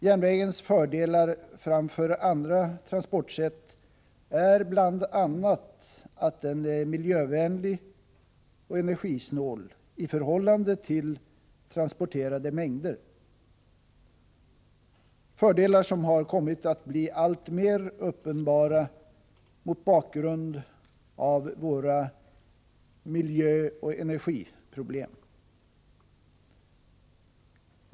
Järnvägens fördelar framför andra transportsätt är bl.a. att den är miljövänlig och energisnål i förhållande till transporterade mängder, fördelar som har kommit att bli alltmer uppenbara mot bakgrund av våra miljöoch energiproblem.